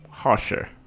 harsher